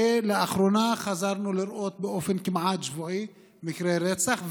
לאחרונה חזרנו לראות באופן כמעט שבועי מקרי רצח,